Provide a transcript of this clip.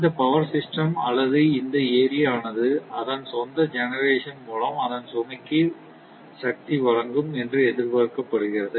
இந்த power system அல்லது இந்த ஏரியா ஆனது அதன் சொந்த ஜெனெரேஷன் மூலம் அதன் சுமைக்கு சக்தி வழங்கும் என்று எதிர்பார்க்கப்படுகிறது